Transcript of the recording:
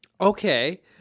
okay